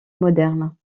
modernes